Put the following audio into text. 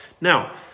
Now